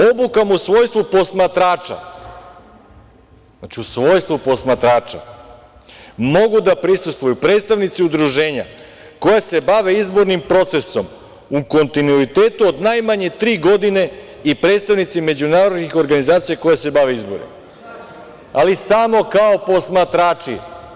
Obukama u svojstvu posmatrača, znači u svojstvu posmatrača, mogu da prisustvuju predstavnici udruženja koja se bave izbornim procesom u kontinuitetu od najmanje tri godine i predstavnici međunarodnih organizacija koje se bave izborima, ali samo kao posmatrači.